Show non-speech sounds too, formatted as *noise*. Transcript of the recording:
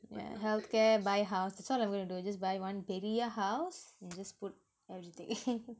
yeah healthcare buy house that's what I'm gonna do just buy one பெரீய:pereeya house and just put everything *laughs*